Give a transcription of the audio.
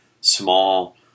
small